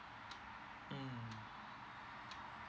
mm